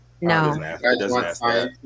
no